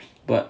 but